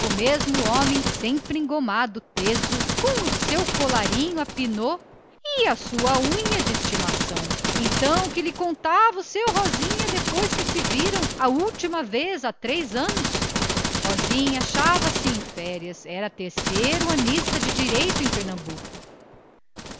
mesmo homem sempre engomado e teso com o seu eterno colarinho à pinaud e a sua unha de estimação então que lhe contava o caro sr rosinha depois que se viram a última vez já lá se iam três anos rosinha achava-se em férias era terceiranista de direito em pernambuco